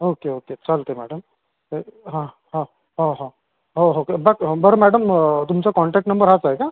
okay okay चालतंय madam हा हा हो हो बर् बरं मॅडम तुमचा काँटॅक्ट नंबर हाच आहे का